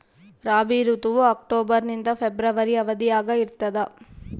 ರಾಬಿ ಋತುವು ಅಕ್ಟೋಬರ್ ನಿಂದ ಫೆಬ್ರವರಿ ಅವಧಿಯಾಗ ಇರ್ತದ